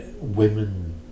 women